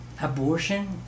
abortion